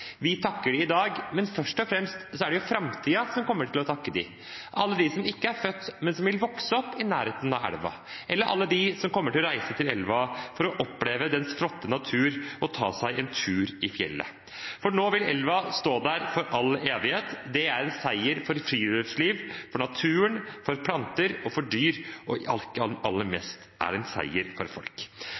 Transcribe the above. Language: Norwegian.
Vi takker dem i dag, men først og fremst er det framtiden som kommer til å takke dem – alle de som ikke er født ennå, men som vil vokse opp i nærheten av elven, eller alle de som kommer til å reise til elven for å oppleve dens flotte natur og ta seg en tur i fjellet. For nå vil elven være der for all evighet. Det er en seier for friluftsliv, for naturen, for planter og for dyr, og aller mest er det en seier for folk.